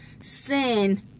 sin